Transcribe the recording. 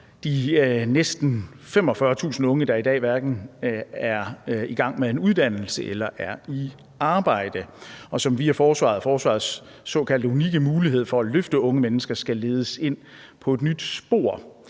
de næsten 45.000 unge, der i dag hverken er i gang med en uddannelse eller er i arbejde, og som via forsvaret og forsvarets såkaldte unikke mulighed for at løfte unge mennesker skal ledes ind på et nyt spor,